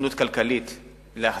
בהיתכנות כלכלית של להחזיק.